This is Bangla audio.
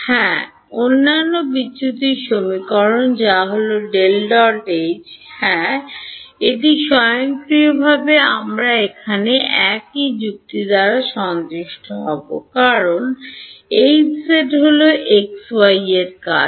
হ্যাঁ অন্যান্য বিচ্যুতির সমীকরণ যা হল হ্যাঁ এটি স্বয়ংক্রিয়ভাবে আমরা এখানে একই যুক্তি দ্বারা সন্তুষ্ট হব কারণ Hz হল x y র কাজ